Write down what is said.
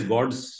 God's